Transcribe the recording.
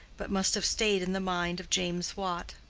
but must have stayed in the mind of james watt.